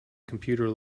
computer